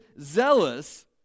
zealous